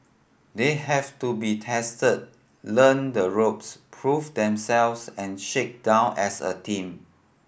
they have to be tested learn the ropes prove themselves and shake down as a team